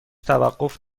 توقف